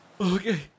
Okay